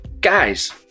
Guys